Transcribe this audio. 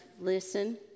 Listen